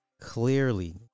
Clearly